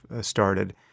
started